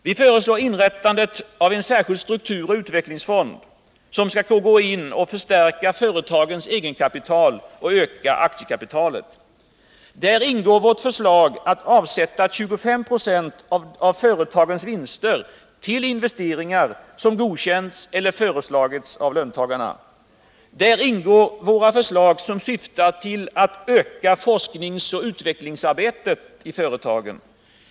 Vi föreslår inrättandet av en särskild strukturoch utvecklingsfond, som skall kunna gå in och förstärka företagens egenkapital och öka aktiekapitalet. Där ingår vårt förslag att avsätta 25 96 av företagens vinster till investeringar som godkänts eller föreslagits av löntagarna. Där ingår våra förslag som syftar till att öka forskningsoch utvecklingsarbetet i företagen.